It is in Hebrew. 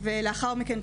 ולאחר מכן,